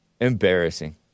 embarrassing